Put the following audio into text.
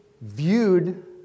viewed